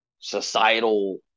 societal